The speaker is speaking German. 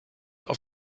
auf